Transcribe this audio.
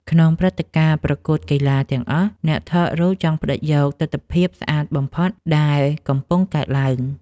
ក្នុងព្រឹត្តិការណ៍ ប្រកួតកីឡាទាំងអស់ អ្នកថតរូបចង់ផ្តិតយកទិដ្ឋភាពស្អាតបំផុតដែលកំពុងកើតឡើង។